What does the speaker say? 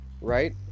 right